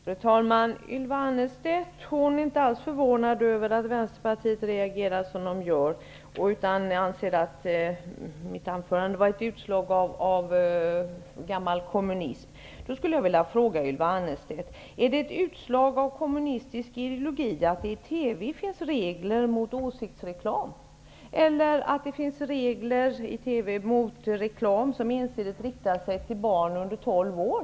Fru talman! Ylva Annerstedt är inte alls förvånad över att Vänsterpartiet reagerar som det gör. Hon anser att mitt anförande var ett utslag av gammal kommunism. Jag skulle vilja fråga Ylva Annerstedt om det är ett utslag av kommunistisk ideologi att det i TV finns regler mot åsiktsreklam eller att det i TV finns regler mot reklam som ensidigt riktar sig till barn under tolv år.